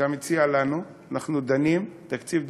אתה מציע לנו, אנחנו דנים בתקציב דו-שנתי,